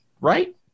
right